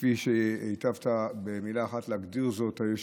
וכפי שהיטבת במילה אחת להגדיר זאת, היושב-ראש,